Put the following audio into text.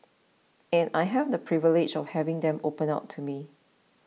and I have the privilege of having them open up to me